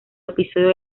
episodio